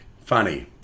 Funny